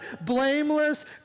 blameless